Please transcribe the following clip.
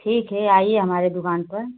ठीक है आइए हमारे दुकान पर